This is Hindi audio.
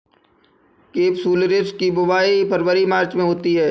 केपसुलरिस की बुवाई फरवरी मार्च में होती है